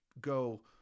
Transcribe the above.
go